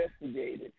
investigated